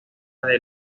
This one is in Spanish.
del